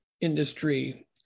industry